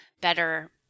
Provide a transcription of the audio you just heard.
better